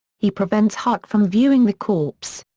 he prevents huck from viewing the corpse.